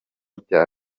bya